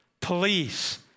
police